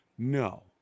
No